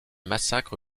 massacre